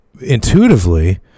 intuitively